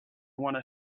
wanna